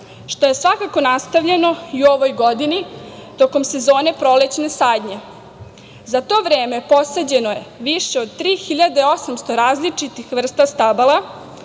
što je svakako nastavljeno i u ovoj godini tokom sezone prolećne sadnje, a za to vreme posađeno je više od tri hiljade 800 različitih vrsta stabala,